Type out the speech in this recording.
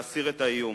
להסיר את האיום.